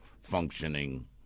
functioning